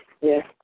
Yes